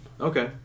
Okay